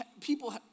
people